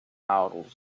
models